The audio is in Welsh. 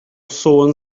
sôn